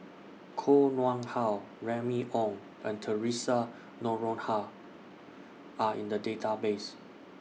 Koh Nguang How Remy Ong and Theresa Noronha Are in The Database